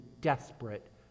desperate